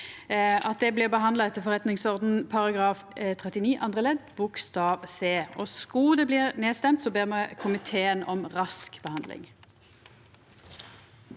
ferie, blir behandla etter forretningsordenen § 39 andre ledd bokstav c. Skulle det bli nedstemt, ber me komiteen om rask behandling.